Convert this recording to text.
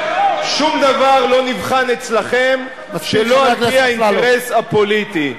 שום דבר לא נבחן אצלכם שלא על-פי האינטרס הפוליטי.